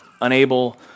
unable